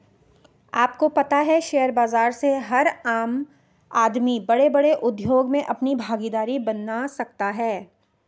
आपको पता है शेयर बाज़ार से हर आम आदमी बडे़ बडे़ उद्योग मे अपनी भागिदारी बना सकता है?